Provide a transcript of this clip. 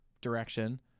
direction